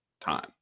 time